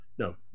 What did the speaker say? No